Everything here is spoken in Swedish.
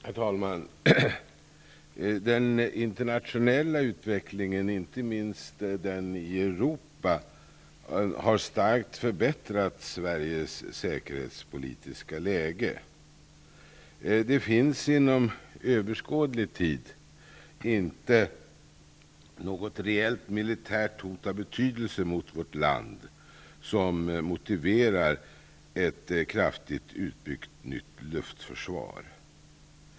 Herr talman! Den internationella utvecklingen och inte minst den i Europa har starkt förbättrat Sveriges säkerhetspolitiska läge. Det finns inom överskådlig tid inte något reellt militärt hot av betydelse mot vårt land som motiverar ett kraftigt utbyggt nytt luftförsvar.